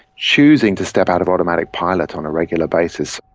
choosing to step out of automatic pilot on a regular basis.